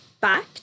back